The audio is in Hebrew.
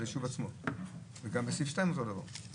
ההשגחה של גוף נותן כשרות או מועצה דתית מוסמכת על עסקים.